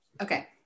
Okay